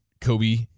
Kobe